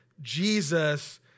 Jesus